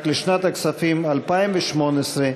רק לשנת הכספים 2018,